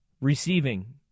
Receiving